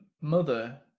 mother